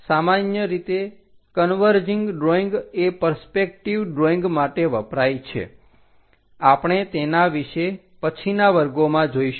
સામાન્ય રીતે converging drawing એ પરસ્પેકટિવ ડ્રોઈંગ માટે વપરાય છે આપણે તેના વિશે પછીના વર્ગોમાં જોઈશું